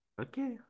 Okay